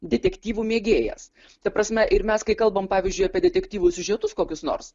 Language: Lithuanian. detektyvų mėgėjas ta prasme ir mes kai kalbam pavyzdžiui apie detektyvų siužetus kokius nors